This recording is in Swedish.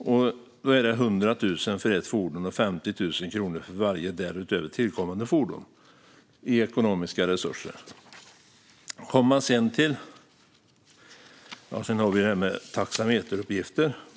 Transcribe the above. Det handlar om 100 000 kronor för ett fordon och 50 000 kronor för varje därutöver tillkommande fordon i ekonomiska resurser. Sedan har vi det här med taxameteruppgifter.